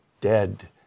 Dead